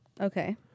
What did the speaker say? Okay